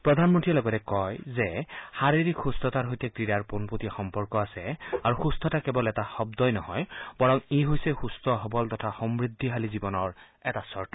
প্ৰধানমন্ত্ৰীয়ে লগতে কয় যে শাৰীৰিক সুস্থতাৰ সৈতে ক্ৰীড়াৰ পোনপটীয়া সম্পৰ্ক আছে আৰু সুস্থতা কেৱল এটা শব্দই নহয় বৰং ই হৈছে সুস্থ সবল তথা সমূদ্ধিশালী জীৱনৰ এটা চৰ্ত